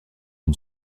une